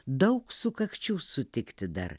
daug sukakčių sutikti dar